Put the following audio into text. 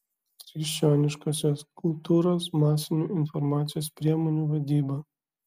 krikščioniškosios kultūros masinių informacijos priemonių vadyba